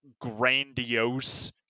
grandiose